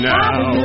now